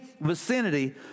vicinity